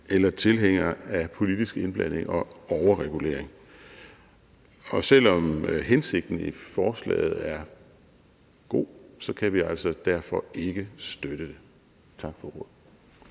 eller tilhængere af politisk indblanding og overregulering. Så selv om hensigten i forslaget er god, kan vi altså derfor ikke støtte det. Tak for ordet.